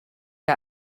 que